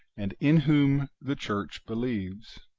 and in whom the church believes.